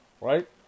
Right